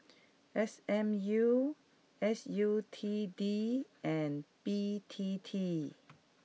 S M U S U T D and B T T